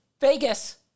Vegas